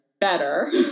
better